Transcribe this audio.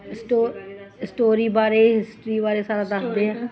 ਸਟੋ story ਬਾਰੇ history ਬਾਰੇ ਸਾਰਾ ਦੱਸਦੇ ਆ